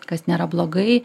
kas nėra blogai